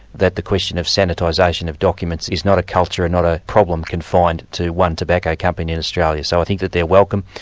that the question of sanitisation of documents is not a culture and not a problem confined confined to one tobacco company in australia. so i think that they're welcome,